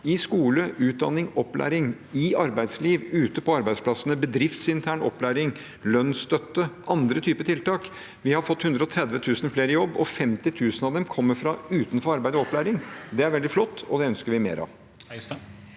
skole, utdanning – og i opplæring i arbeidslivet, ute på arbeidsplassene, bedriftsintern opplæring, lønnsstøtte og andre typer tiltak. Vi har fått 130 000 flere i jobb, og 50 000 av dem kommer fra utenfor arbeidsliv og opplæring. Det er veldig flott, og det ønsker vi mer av.